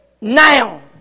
Now